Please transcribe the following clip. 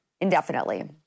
indefinitely